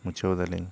ᱢᱩᱪᱷᱟᱹᱣ ᱮᱫᱟ ᱞᱤᱧ